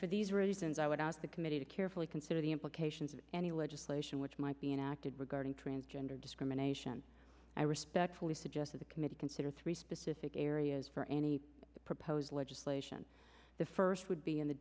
for these reasons i would ask the committee to carefully consider the implications of any legislation which might be enacted regarding transgender discrimination i respectfully suggest to the committee consider three specific areas for any proposed legislation the first would be in the